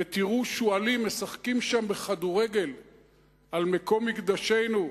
ותראו שועלים משחקים שם בכדורגל על מקום מקדשנו,